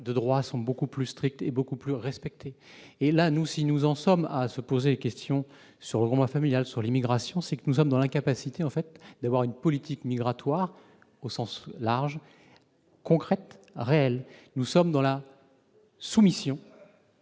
de droit beaucoup plus strictes et beaucoup plus respectées. Si nous en sommes à nous poser des questions sur le regroupement familial, sur l'immigration, c'est que nous sommes dans l'incapacité d'avoir une politique migratoire, au sens large, concrète et réelle. Nous sommes dans la soumission